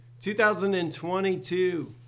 2022